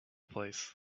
place